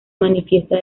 manifiesta